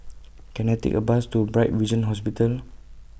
Can I Take A Bus to Bright Vision Hospital